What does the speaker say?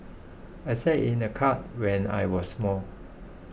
I sat in a cart when I was small